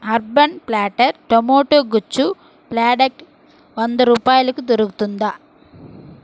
urban platter tomato గుజ్జు product వంద రూపాయలకు దొరుకుతుందా